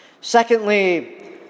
Secondly